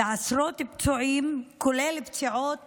ועשרות פצועים, כולל פציעות